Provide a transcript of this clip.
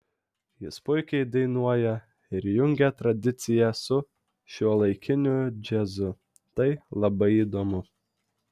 jis puikiai dainuoja ir jungia tradiciją su šiuolaikiniu džiazu tai labai įdomu